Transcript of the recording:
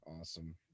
Awesome